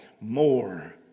more